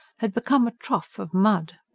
had become a trough of mud.